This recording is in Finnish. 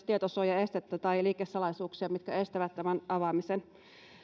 tietosuojaestettä tai liikesalaisuuksia mitkä estävät tämän avaamisen